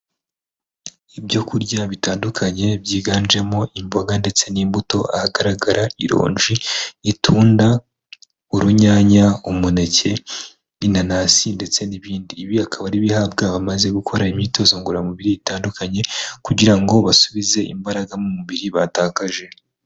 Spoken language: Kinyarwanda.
Ibyokurya bitandukanye byiganjemo imboga ndetse n'imbuto, ahagaragara ironji, itunda, urunyanya, umuneke, inanasi, ndetse n'ibindi, ibi akaba ari ibihabwa abamaze gukora imyitozo ngororamubiri itandukanye, kugira ngo basubize imbaraga mu mubiri batakaje.